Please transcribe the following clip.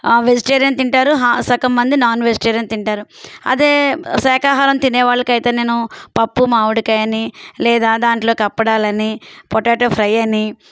vegetarian తింటారు హా సగం మంది నాన్ వెజిటేరియన్ తింటారు అదే శాఖాహారం తినేవాళ్ళకి అయితే నేను పప్పు మామిడికాయని లేదా దాంట్లోకి అప్పడాలని పొటాటో ఫ్రై అని